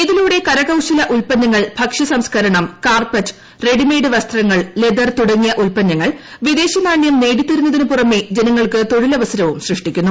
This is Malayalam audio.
ഇതിലൂടെ കരക്ട്ടൂൾല ഉൽപ്പന്നങ്ങൾ ഭക്ഷ്യ സംസ്ക രണം കാർപ്പറ്റ് റെഡ്ടിമെയ്ഡ് വസ്ത്രങ്ങൾ ലെതർ തുടങ്ങിയ ഉൽപ്പന്നങ്ങൾ വിദ്ദേശ്രന്മണ്യം നേടിത്തരുന്നതിനു പുറമേ ജനങ്ങൾക്ക് തൊഴിലവ്സരങ്ങളും സൃഷ്ടിക്കുന്നു